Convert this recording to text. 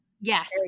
Yes